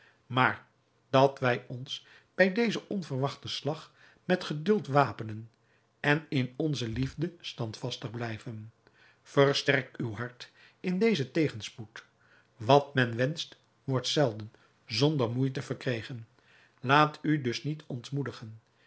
maar dat wij ons bij dezen onverwachten slag met geduld wapenen en in onze liefde standvastig blijven versterk uw hart in dezen tegenspoed wat men wenscht wordt zelden zonder moeite verkregen laat u dus niet ontmoedigen